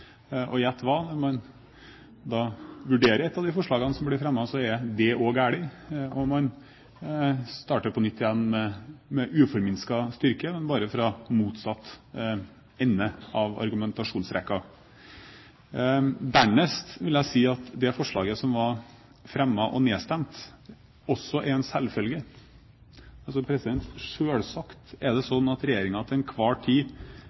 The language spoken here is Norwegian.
Og gjett hva? Om man vurderer et av de forslagene som blir fremmet, så er det også galt, og så starter man på nytt igjen med uforminsket styrke, bare fra motsatt ende av argumentasjonsrekken. Dernest vil jeg si at det forslaget som ble fremmet og nedstemt, også er en selvfølge. Selvsagt er det sånn at regjeringen til enhver tid